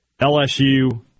LSU